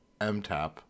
MTAP